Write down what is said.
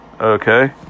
Okay